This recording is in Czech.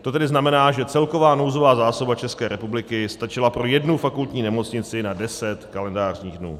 To tedy znamená, že celková nouzová zásoba České republiky stačila pro jednu fakultní nemocnici na 10 kalendářních dnů.